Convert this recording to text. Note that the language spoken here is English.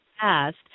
past